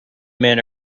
men